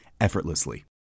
effortlessly